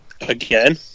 Again